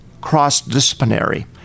cross-disciplinary